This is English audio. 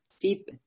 deep